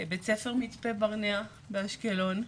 בבית ספר מצפה ברנע, באשקלון,